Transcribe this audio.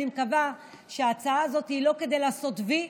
אני מקווה שההצעה הזאת היא לא כדי לעשות וי,